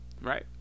right